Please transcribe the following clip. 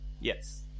Yes